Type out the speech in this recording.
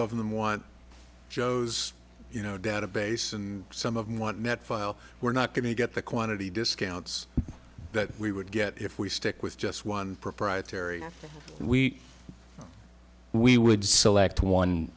of them want joe's you know database and some of them want net file we're not going to get the quantity discounts that we would get if we stick with just one proprietary we we would select one